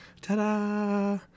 ta-da